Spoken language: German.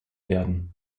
werden